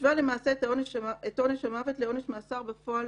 משווה למעשה את עונש המוות לעונש מאסר בפועל